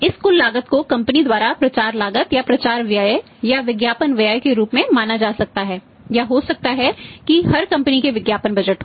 इस कुल लागत को कंपनी द्वारा प्रचार लागत या प्रचार व्यय या विज्ञापन व्यय के रूप में माना जा सकता है या हो सकता है कि हर कंपनी का विज्ञापन बजट हो